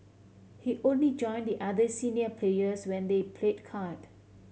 he only join the other senior players when they played card